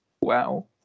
Wow